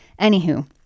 Anywho